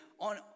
on